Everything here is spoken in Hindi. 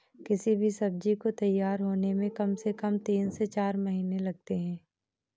किसी भी सब्जी को तैयार होने में कम से कम तीन से चार महीने लगते हैं